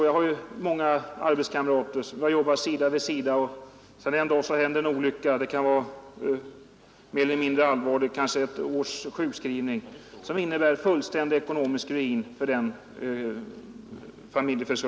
Jag har haft många arbetskamrater — ofta familjeförsörjare — som efter en mindre allvarlig olycka med kanske ett års sjukskrivning som följd har råkat i fullständig ekonomisk ruin.